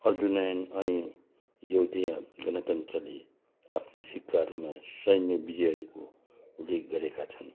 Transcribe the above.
अर्जुनयन अनि यौधेय गणतन्त्रले आफ्ना सिक्काहरूमा सैन्य विजयहरूको उल्लेख गरेका छन्